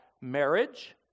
marriage